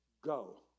Go